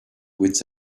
wits